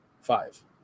Five